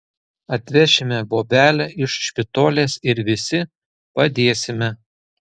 atvešime bobelę iš špitolės ir visi padėsime